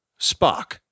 Spock